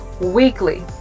weekly